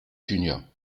juniors